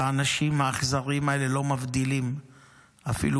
האנשים האכזריים האלה לא מבדילים אפילו